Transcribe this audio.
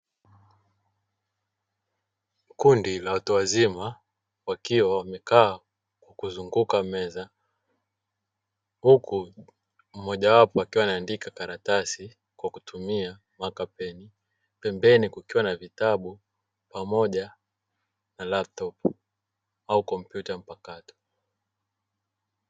Kundi la watu wazima, wakiwa wamekaa kwa kuzunguka meza. Huku mmojawapo akiwa anaandika karatasi kwa kutumia makapeni. Pembeni kukiwa na vitabu pamoja na "laptop" au kompyuta mpakato.